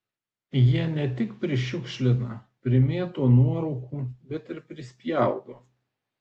jie ne tik prišiukšlina primėto nuorūkų bet ir prispjaudo